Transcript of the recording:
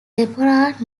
deborah